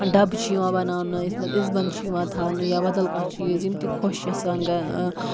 ڈَبہٕ چھِ یِوان بناونہٕ یَتھ منٛز اِزبنٛد چھِ یِوان تھاونہٕ یا بدل کانٛہہ چیٖز یِم تہِ خۄش